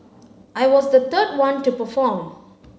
I was the third one to perform